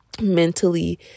mentally